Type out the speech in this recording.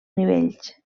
nivells